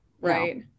right